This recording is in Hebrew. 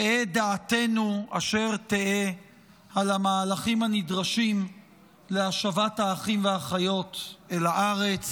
תהא דעתנו אשר תהא על המהלכים הנדרשים להשבת האחים והאחיות אל הארץ.